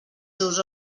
seus